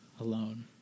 alone